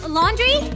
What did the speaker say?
laundry